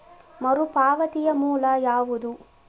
ಮರುಪಾವತಿಯ ಮೂಲ ಯಾವುದು?